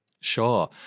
Sure